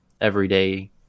everyday